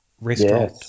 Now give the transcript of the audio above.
restaurant